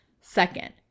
Second